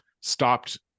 stopped